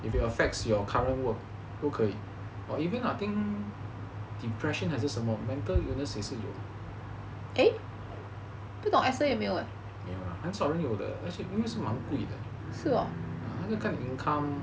if it affects your current work 都可以 eh I think depression 还是什么 mental illness 也是有很少人有的因为是蛮贵的 ah 那个看你 income